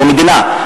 לא מדינה,